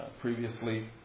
previously